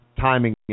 Timing